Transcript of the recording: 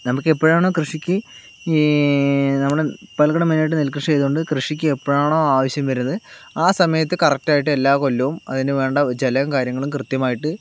നമുക്കെപ്പോഴാണോ കൃഷിക്ക് നമ്മൾ പാലക്കാട് മെയിനായിട്ട് നെൽ കൃഷി ആയതുകൊണ്ട് കൃഷിക്ക് എപ്പോഴാണോ ആവശ്യം വരുന്നത് ആ സമയത്ത് കറക്റ്റ് ആയിട്ട് എല്ലാ കൊല്ലവും അതിനു വേണ്ട ചിലവും കാര്യങ്ങളും കൃത്യമായിട്ട്